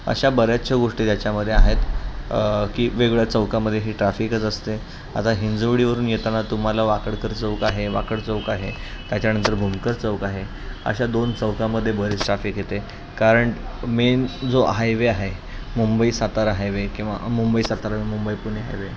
अशा बऱ्याचशा गोष्टी ज्याच्यामध्ये आहेत की वेगवेगळ्या चौकामध्ये ही ट्राफिकच असते आता हिंजवडीवरून येताना तुम्हाला वाकडकर चौक आहे वाकड चौक आहे त्याच्यानंतर भूमकर चौक आहे अशा दोन चौकामध्ये बरीच ट्राफिक येते कारण मेन जो हायवे आहे मुंबई सातारा हायवे किंवा मुंबई सातारा मुंबई पुणे हायवे